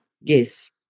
Yes